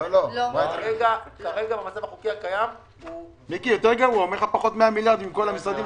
הם הפיצו תזכיר.